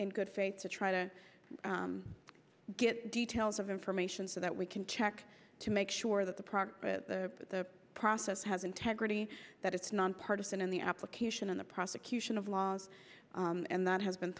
in good faith to try to get details of information so that we can check to make sure that the progress of the process has integrity that it's nonpartisan in the application in the prosecution of laws and that has been